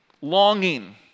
longing